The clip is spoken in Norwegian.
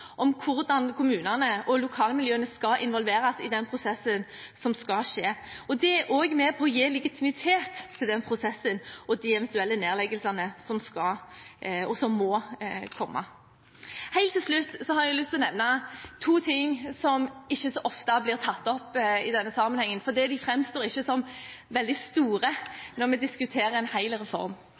om hvordan kommunene og lokalmiljøene skal involveres i den prosessen. Det er også med på å gi legitimitet til prosessen og til de eventuelle nedleggelsene som skal og må komme. Helt til slutt har jeg lyst til å nevne to ting som ikke så ofte blir tatt opp i denne sammenhengen, for de framstår ikke som veldig store når vi diskuterer en hel reform.